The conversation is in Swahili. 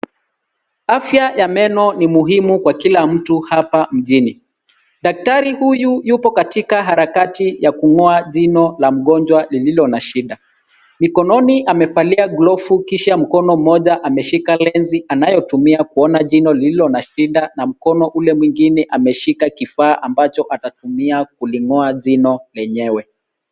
Afya ya meno ni muhimu kwa kila mtu hapa mjini. Daktari huyu yupo katika harakati za kung’oa jino la mgonjwa lililo na shida. Mkono mmoja amevaa glovu, ameushika lenzi anayoitumia kuangalia jino lililo na shida, na mkono ule mwingine ameshika kifaa ambacho atakitumia kung’oa jino lenyewe.